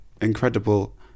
incredible